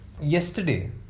Yesterday